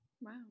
Wow